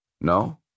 No